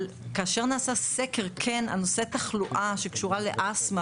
אבל כאשר נעשה סקר על נושא תחלואה שקשורה לאסתמה